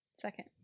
Second